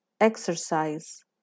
exercise